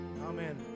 Amen